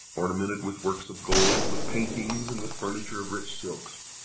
ornamented with works of gold, with paintings and with furniture of rich silks.